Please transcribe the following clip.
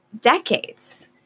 decades